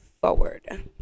forward